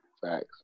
Facts